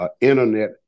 internet